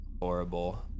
horrible